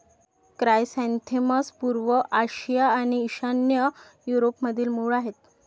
chrysanthemums पूर्व आशिया आणि ईशान्य युरोपमधील मूळ आहेत